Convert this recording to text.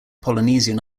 polynesian